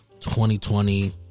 2020